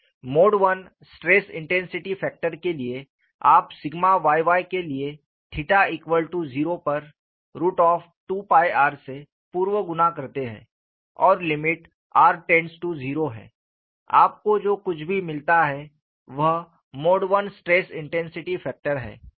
mode I stress intensity factor के लिए आप सिग्मा yy के लिए 0 पर 2r से पूर्व गुणा करते हैं और लिमिट r0 है आपको जो कुछ भी मिलता है वह mode I stress intensity factor है